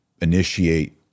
initiate